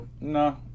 No